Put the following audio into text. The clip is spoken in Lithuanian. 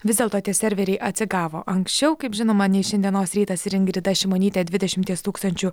vis dėlto tie serveriai atsigavo anksčiau kaip žinoma nei šiandienos rytas ir ingrida šimonytė dvidešimties tūkstančių